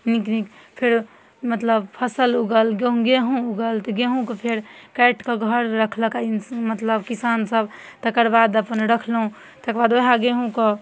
नीक नीक फेरो मतलब फसल ऊगल गेहूँ ऊगल तऽ गेहूँके फेर काटिके घर रखलक मतलब किसान सब तकरबाद अपन रखलहुॅं तकरबाद ओहाए गेहूँके